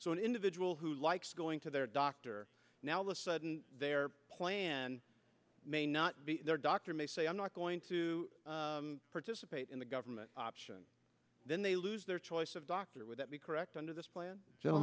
so an individual who likes going to their doctor now with their plan may not be their doctor may say i'm not going to participate in the government option then they lose their choice of doctor would that be correct under this plan so